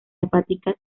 hepática